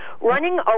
Running